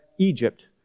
Egypt